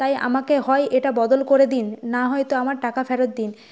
তাই আমাকে হয় এটা বদল করে দিন না হয় তো আমার টাকা ফেরত দিন